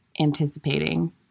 anticipating